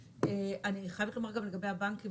אני חייבת לומר גם לגבי הבנקים,